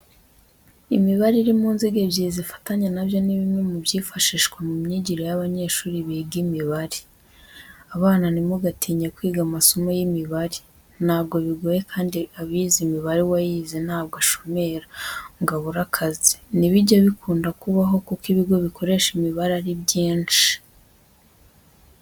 Imibare iri mu nziga ebyiri zifatanye na byo ni bimwe mu byifashishwa mu myigire y'abanyeshuri biga imibare. Abana nti mugatinye kwiga amasomo y'imibare ntabwo bigoye kandi abize imibare uwayize ntabwo ashomera ngo abuze akazi ntibijya bikunda kubaho kuko ibigo bikoresha imibare ari byinshi.